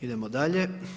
Idemo dalje.